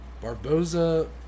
Barboza